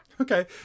Okay